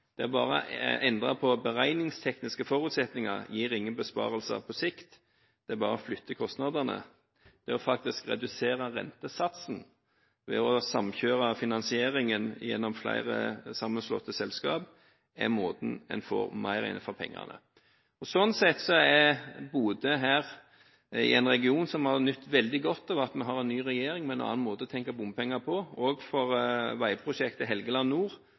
Bare å endre beregningstekniske forutsetninger gir ingen besparelser på sikt, det bare flytter kostnadene. Det faktisk å redusere rentesatsen ved å samkjøre finansieringen gjennom flere sammenslåtte selskap er måten en får mer igjen for pengene på. Sånn sett er Bodø en region som har nytt veldig godt av at vi har en ny regjering med en annen måte å tenke bompenger på. For veiprosjektet Helgeland nord